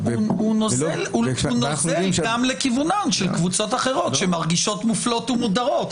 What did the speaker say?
הוא נוזל גם לכיוונן של קבוצות אחרות שמרגישות מופלות ומודרות.